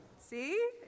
See